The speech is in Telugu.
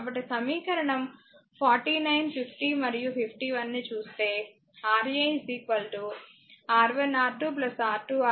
కాబట్టి సమీకరణం 49 50 మరియు 51 ని చూస్తే Ra R1R2 R2R3 R3R1R1